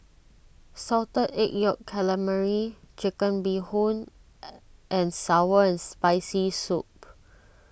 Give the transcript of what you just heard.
Salted Egg Yolk Calamari Chicken Bee Hoon and Sour and Spicy Soup